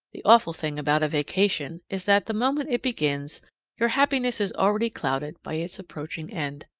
the awful thing about a vacation is that the moment it begins your happiness is already clouded by its approaching end.